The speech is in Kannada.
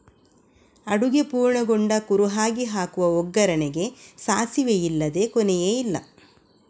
ಅಡುಗೆ ಪೂರ್ಣಗೊಂಡ ಕುರುಹಾಗಿ ಹಾಕುವ ಒಗ್ಗರಣೆಗೆ ಸಾಸಿವೆ ಇಲ್ಲದೇ ಕೊನೆಯೇ ಇಲ್ಲ